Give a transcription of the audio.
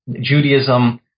Judaism